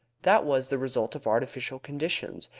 that was the result of artificial conditions,